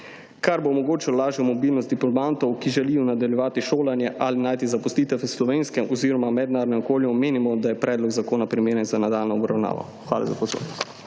kar bo omogočilo lažjo mobilnost diplomantov, ki želijo nadaljevati šolanje ali najti zaposlitev v slovenskem oziroma mednarodnem okolju omenimo, da je predlog zakona primeren za nadaljnjo obravnavo. Hvala za pozornost.